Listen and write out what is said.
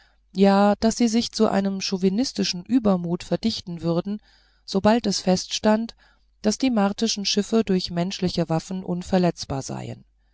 ja daß sie sich zu einem chauvinistischen übermut verdichten würden sobald es feststand daß die martischen schiffe durch menschliche waffen unverletzbar seien